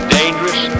dangerous